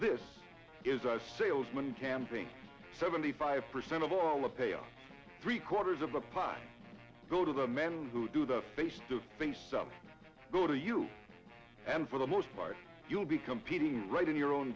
this is a salesman can bring seventy five percent of all the payoff three quarters of the pie go to the men who do the face to face stuff go to you and for the most part you'll be competing right in your own